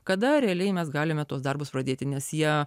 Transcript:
kada realiai mes galime tuos darbus pradėti nes jie